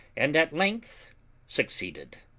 and at length succeeded.